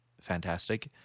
fantastic